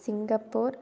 Singapore